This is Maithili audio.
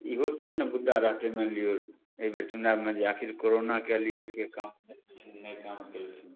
ईहो सबने मुद्दा रहतै मानि लिऔ एहि बेर चुनाओमे जे आखिर कोरोनाके लिए के काम कयलखिन नहि काम कयलखिन